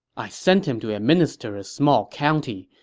i sent him to administer a small county,